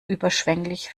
überschwänglich